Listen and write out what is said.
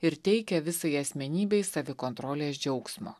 ir teikia visai asmenybei savikontrolės džiaugsmo